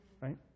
right